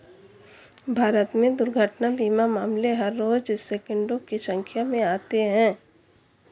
भारत में दुर्घटना बीमा मामले हर रोज़ सैंकडों की संख्या में आते हैं